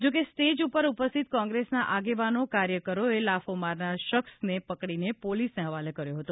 જોકે સ્ટેજ ઉપર ઉપસ્થિત કોંગ્રેસના આગેવાનો કાર્યકરોએ લાફો મારનાર શખ્સને પકડીને પોલીસને હવાલે કર્યો હતો